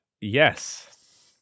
yes